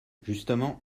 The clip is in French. justement